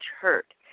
hurt